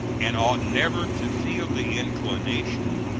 and ought never to feel the inclination,